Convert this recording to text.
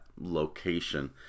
location